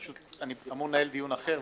פשוט אני אמור לנהל דיון אחר,